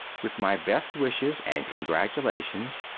with my best wishes and congratulations,